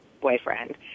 boyfriend